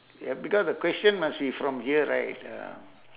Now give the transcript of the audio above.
ya because the question must be from here right um